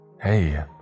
Hey